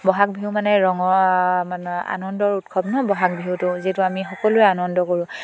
ব'হাগ বিহু মানে ৰঙৰ মানে আনন্দৰ উৎসৱ ন বহাগ বিহুটো যিটো আমি সকলোৱে আনন্দ কৰোঁ